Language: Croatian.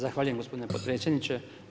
Zahvaljujem gospodine potpredsjedniče.